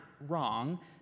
wrong